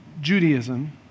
Judaism